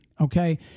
okay